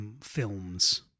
films